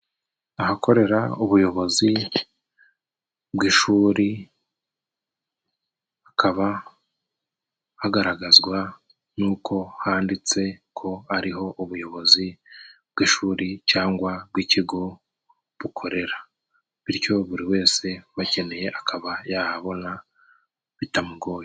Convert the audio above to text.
Ahakorera ubuyobozi bw'ishuri hakaba hagaragazwa n'uko handitse ko ariho ubuyobozi bw'ishuri cyangwa bw'ikigo bukorera, bityo buri wese ubakeneye akaba yahabona bitamugoye.